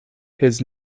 his